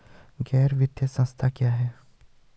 गैर वित्तीय संस्था क्या है?